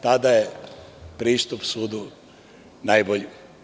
Tada je pristup sudu najbolji.